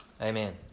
Amen